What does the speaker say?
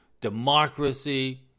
democracy